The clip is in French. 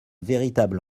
véritable